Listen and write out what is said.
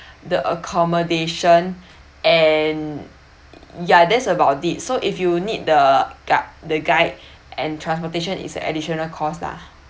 the accommodation and ya that's about it so if you need the ga~ the guide and transportation is an additional cost lah